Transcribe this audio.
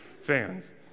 fans